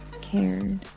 cared